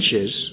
inches